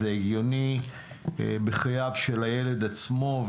זה הגיוני בחייו של הילד עצמו,